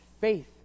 Faith